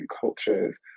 cultures